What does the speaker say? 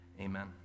Amen